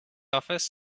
office